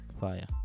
Fire